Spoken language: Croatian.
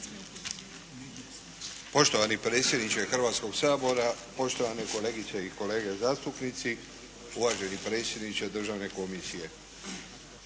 Poštovani predsjedniče Hrvatskog sabora, poštovane kolegice i kolege zastupnici, uvaženi predsjedniče državne komisije!